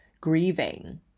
grieving